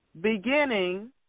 Beginning